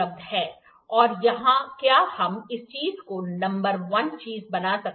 और क्या हम इस चीज को नंबर वन चीज बना सकते हैं